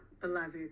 beloved